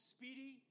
Speedy